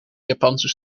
japanse